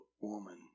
woman